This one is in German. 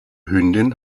hündin